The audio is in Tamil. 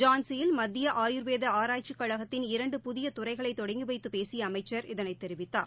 ஜான்சியில் மத்திய ஆயூர்வேத ஆராய்ச்சி கழகத்தின் இரண்டு புதிய துறைகளை தொடங்கி வைத்து பேசிய அமைச்சர் இதனைத் தெரிவித்தார்